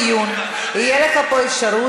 אל תהיה לי קטנוני עכשיו.